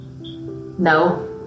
No